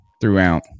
throughout